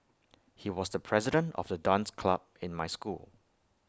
he was the president of the dance club in my school